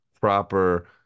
proper